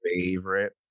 favorite